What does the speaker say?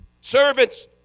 Servants